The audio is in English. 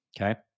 Okay